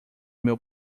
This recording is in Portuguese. meu